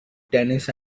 tennis